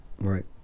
Right